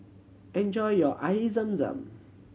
enjoy your Air Zam Zam